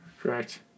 Correct